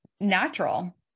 natural